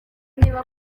niba